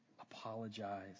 apologize